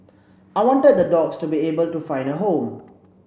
I wanted the dogs to be able to find a home